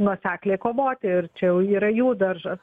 nuosekliai kovoti ir čia jau yra jų daržas